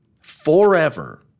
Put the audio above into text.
forever